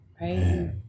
right